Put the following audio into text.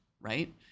right